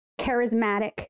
charismatic